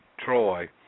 Troy